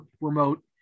remote